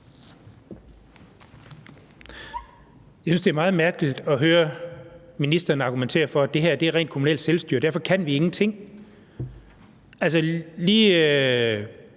Jeg synes, det er meget mærkeligt at høre ministeren argumentere for, at det her er rent kommunalt selvstyre, og at vi derfor ingenting kan. De